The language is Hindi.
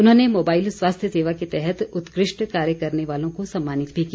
उन्होंने मोबाइल स्वास्थ्य सेवा के तहत उत्कृष्ट कार्य करने वालों को सम्मानित भी किया